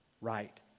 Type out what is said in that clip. right